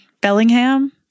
Bellingham